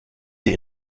sie